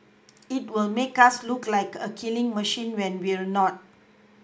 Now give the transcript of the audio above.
it will make us look like a killing machine when we're not